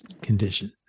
conditions